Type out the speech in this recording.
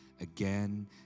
again